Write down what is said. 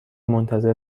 منتظر